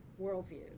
worldview